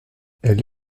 elle